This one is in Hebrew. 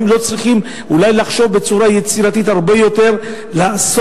האם לא צריכים אולי לחשוב בצורה יצירתית הרבה יותר ולעשות